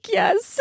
yes